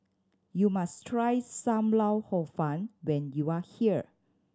you must try Sam Lau Hor Fun when you are here